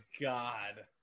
god